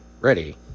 ready